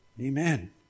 Amen